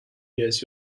gets